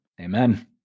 Amen